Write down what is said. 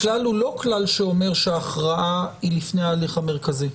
הכלל הוא לא כלל שאומר שההכרעה היא לפני ההליך המרכזי.